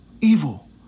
Evil